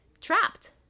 trapped